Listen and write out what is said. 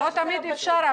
לא תמיד אפשר,